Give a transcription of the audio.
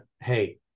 hey